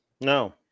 No